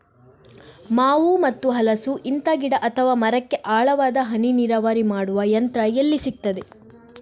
ಮಾವು ಮತ್ತು ಹಲಸು, ಇಂತ ಗಿಡ ಅಥವಾ ಮರಕ್ಕೆ ಆಳವಾದ ಹನಿ ನೀರಾವರಿ ಮಾಡುವ ಯಂತ್ರ ಎಲ್ಲಿ ಸಿಕ್ತದೆ?